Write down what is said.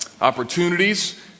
opportunities